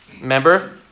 Remember